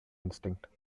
instinct